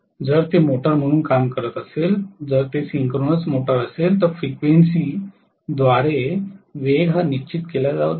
जर ते मोटर म्हणून काम करत असेल जर ते सिंक्रोनस मोटर असेल तर फ्रिक्वेन्सी द्वारे वेग निश्चित केली जाते